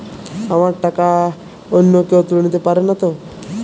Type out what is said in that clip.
আমার টাকা অন্য কেউ তুলে নিতে পারবে নাতো?